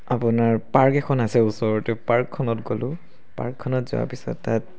আপোনাৰ পাৰ্ক এখন আছে ওচৰতে পাৰ্কখনত গ'লোঁ পাৰ্কখনত যোৱাৰ পিছত তাত